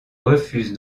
refuse